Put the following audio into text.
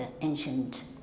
ancient